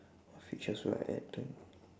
what features would I add to